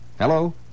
Hello